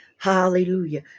hallelujah